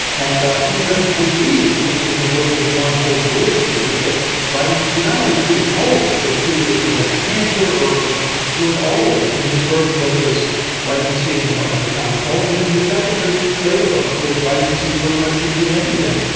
and he just believed that the and the way that one holds religious belief that vitamin c not only treated colds, but treated or prevented cancer or cured all ills. me his first book was vitamin c in the but and the common cold, and that the second the later books were the vitamin c, pretty much could treat everything.